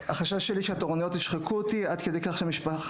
"החשש שלי שהתורנויות ישחקו אותי עד כדי כך שהמשפחה